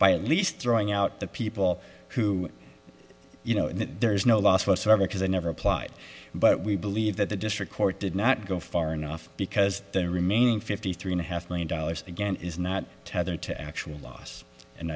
by at least throwing out the people who you know there is no loss whatsoever because i never applied but we believe that the district court did not go far enough because the remaining fifty three and a half million dollars again is not tethered to actual loss and